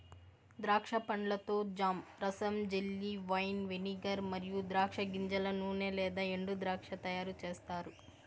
ద్రాక్ష పండ్లతో జామ్, రసం, జెల్లీ, వైన్, వెనిగర్ మరియు ద్రాక్ష గింజల నూనె లేదా ఎండుద్రాక్ష తయారుచేస్తారు